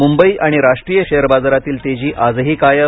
मुंबई आणि राष्ट्रीय शेअर बाजारातील तेजी आजही कायम